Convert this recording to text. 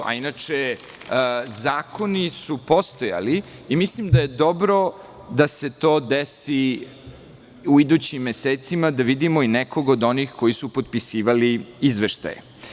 Zakoni su postojali i mislim da je dobro da se to desi i u idućim mesecima, da vidimo i nekog od onih koji su potpisivali izveštaje.